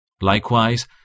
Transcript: Likewise